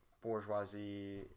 bourgeoisie